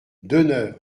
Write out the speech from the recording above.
d’honneur